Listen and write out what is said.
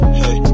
hey